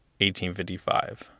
1855